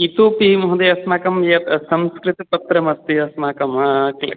इतोपि महोदय अस्माकं यत् संस्कृतपत्रम् अस्ति अस्माकम्